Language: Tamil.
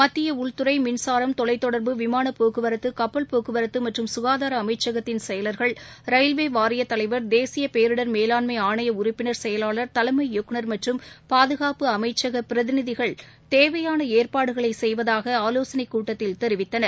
மத்தியஉள்துறை மின்சாரம் தொலைத்தொடர் விமானபோக்குவரத்து கப்பல் போக்குவரத்தமற்றும் சுகாதாரஅமைச்சகத்தின் செயலர்கள் ரயில்வேவாரியத்தலைவர் தேசியபேரிடர் மேலாண்மைஆணையஉறுப்பினர் செயலாளர் கலை இயக்குனர் மற்றம் பாதுகாப்பு அமைச்சகபிரதிநிதிகள் தேவையானஏற்பாடுகளைசெய்வதாக ஆலோசனைக்கூட்டத்தில் தெரிவித்தனர்